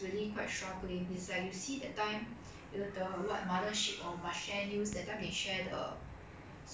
什么 aunty only earn five dollar per hour kind of thing but then it's like after C_P_F deduction or something lah